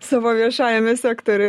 savo viešajame sektoriuje